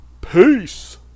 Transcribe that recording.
peace